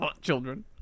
children